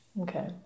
okay